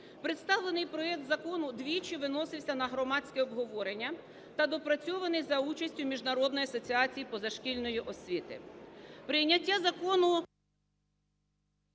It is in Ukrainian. Представлений проект закону двічі виносився на громадське обговорення та допрацьований за участю міжнародної асоціації позашкільної освіти.